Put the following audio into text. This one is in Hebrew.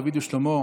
דוד ושלמה,